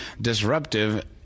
disruptive